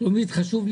הלוואי ומה שאתה אומר